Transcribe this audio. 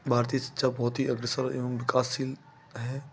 भारतीय शिक्षा बहुत ही अग्रसर एवम विकासशील है